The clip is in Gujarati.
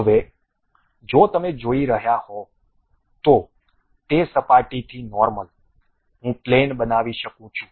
હવે જો તમે જોઈ રહ્યા હો તો તે સપાટીથી નોર્મલ હું પ્લેન બનાવી શકું છું